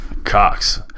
Cox